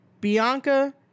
Bianca